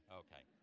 okay